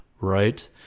right